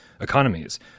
economies